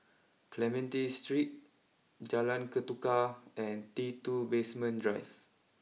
Clementi Street Jalan Ketuka and T two Basement Drive